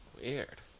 Weird